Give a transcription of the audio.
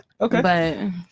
okay